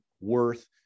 worth